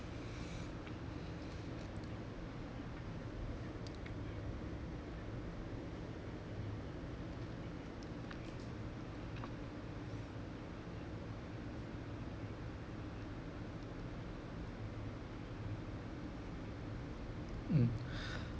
mm